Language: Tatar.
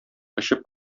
очып